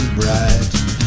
bright